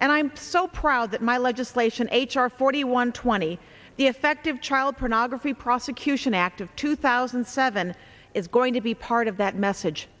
and i'm so proud that my legislation h r forty one twenty the effective child pornography prosecution act of two thousand and seven is going to be part of that message